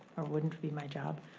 or wouldn't be my job.